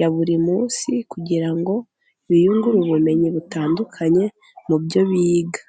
ya buri munsi, kugira ngo ngo biyungure ubumenyi butandukanye mu byo biga.